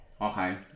Okay